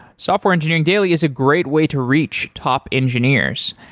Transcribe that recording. software engineering daily is a great way to reach top engineers.